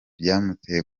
byamuteye